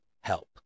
help